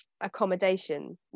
accommodation